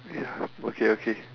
ya okay okay